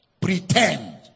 Pretend